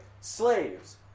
Slaves